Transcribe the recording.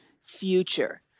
future